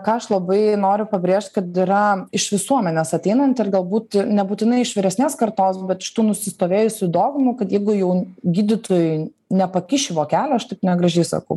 ką aš labai noriu pabrėžt kad yra iš visuomenės ateinanti ir galbūt nebūtinai iš vyresnės kartos bet šitų nusistovėjusių dogmų kad jeigu jau gydytojui nepakiši vokelio aš taip negražiai sakau